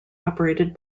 operated